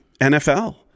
NFL